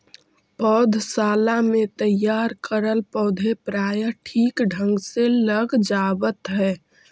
पौधशाला में तैयार करल पौधे प्रायः ठीक ढंग से लग जावत है